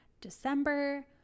december